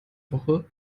woche